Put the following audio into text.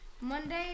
Monday